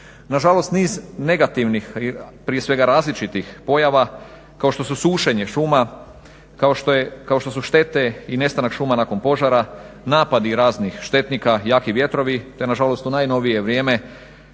Nažalost niz negativnih, prije svega različitih pojava kao što su sušenje šuma, kao što su štete i nestanak šuma nakon požara, napadi raznih štetnika, jaki vjetrovi, te nažalost u najnovije vrijeme